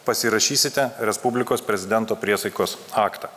pasirašysite respublikos prezidento priesaikos aktą